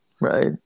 Right